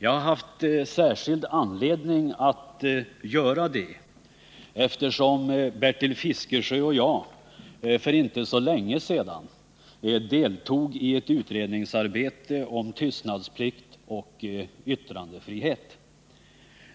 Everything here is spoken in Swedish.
Jag har haft särskild anledning att göra det, eftersom Bertil Fiskesjö och jag för inte så länge sedan deltog i ett utredningsarbete om tystnadsplikt och yttrandefrihet.